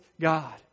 God